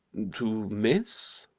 to miss?